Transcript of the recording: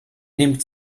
nimmt